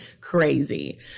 crazy